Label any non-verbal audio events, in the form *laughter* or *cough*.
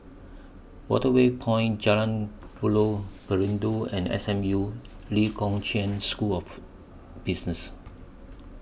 Waterway Point Jalan Buloh *noise* Perindu and S M U Lee Kong Chian School of Business